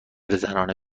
زنانه